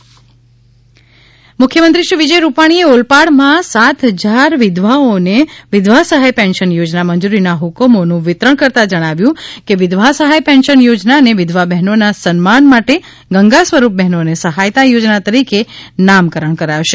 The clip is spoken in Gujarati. મુખ્યમંત્રી વિધવા સહાય મુખ્યમંત્રી શ્રી વિજય રૂપાણીએ ઓલપાડમાં સાત હજાર વિધવાઓને વિધવા સહાય પેન્શન યોજના મંજુરીના ફકમોનું વિતરણ કરતાં જણાવ્યું કે વિધવા સહાય પેન્શન યોજનાને વિધવા બહેનોના સન્માન માટે ગંગા સ્વરૂપ બહેનોને સહાયતા યોજના તરીકે નામકરણ કરાશે